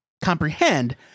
comprehend